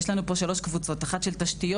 יש לנו פה שלוש קבוצות: של תשתיות,